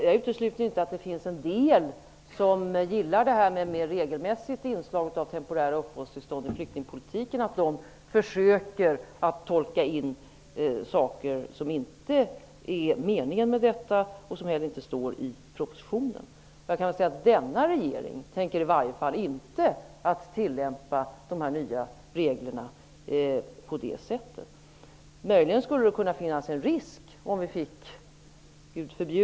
Jag utesluter inte att det finns de som gillar inslaget av mer regelmässiga temporära uppehållstillstånd i flyktingpolitiken och som försöker att tolka in saker som inte står i propositionen. Denna regering tänker i alla fall inte tillämpa de nya reglerna på det sättet. Det skulle möjligen kunna uppstå en risk för att det sker om vi -- gud förbjude!